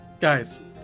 guys